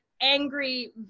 angry